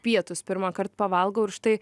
pietus pirmąkart pavalgau ir štai